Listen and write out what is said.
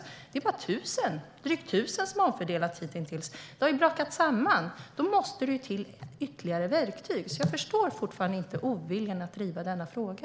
Men det är bara drygt 1 000 som har omfördelats hittills. Det har brakat samman. Då måste det till ytterligare verktyg. Jag förstår fortfarande inte oviljan att driva denna fråga.